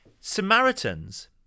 Samaritans